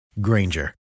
Granger